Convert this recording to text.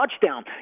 touchdown